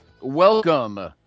welcome